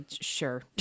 Sure